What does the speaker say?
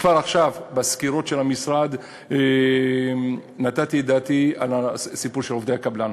כבר עכשיו בסקירות של המשרד נתתי את דעתי על הסיפור של עובדי הקבלן,